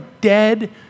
dead